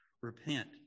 Repent